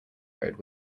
road